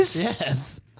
Yes